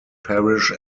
parish